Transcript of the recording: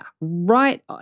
right